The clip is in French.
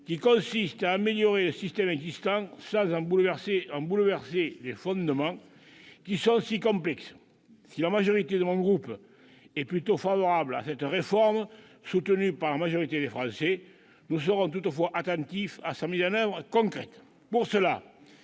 qui consiste à améliorer le système existant sans en bouleverser les fondements, si complexes. Si la majorité de mon groupe est plutôt favorable à cette réforme, soutenue par une majorité de Français, nous serons attentifs à sa mise en oeuvre concrète.